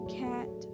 cat